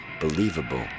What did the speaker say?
believable